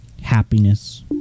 Happiness